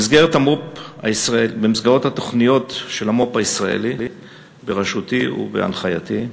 במסגרת התוכניות של המו"פ הישראלי בראשותי ובהנחייתי,